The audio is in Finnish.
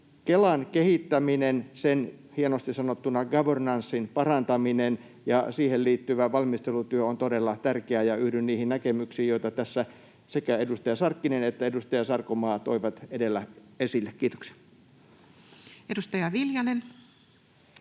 Kelan kehittäminen, hienosti sanottuna governancen parantaminen, ja siihen liittyvä valmistelutyö on todella tärkeää, ja yhdyn niihin näkemyksiin, joita tässä sekä edustaja Sarkkinen että edustaja Sarkomaa toivat edellä esille. — Kiitoksia. [Speech